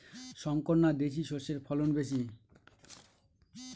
শংকর না দেশি সরষের ফলন বেশী?